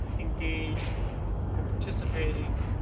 engaged and participating.